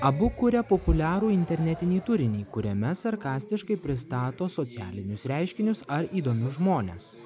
abu kuria populiarų internetinį turinį kuriame sarkastiškai pristato socialinius reiškinius ar įdomius žmones